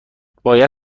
باید